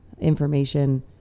information